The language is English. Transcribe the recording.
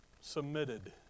submitted